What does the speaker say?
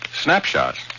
Snapshots